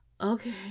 okay